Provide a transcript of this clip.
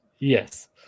Yes